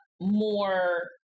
more